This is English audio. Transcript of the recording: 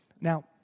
Now